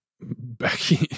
Becky